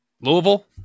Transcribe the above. Louisville